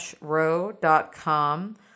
row.com